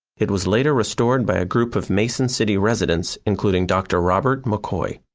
it was later restored by a group of mason city residents including dr. robert mccoy.